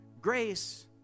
Grace